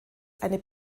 eine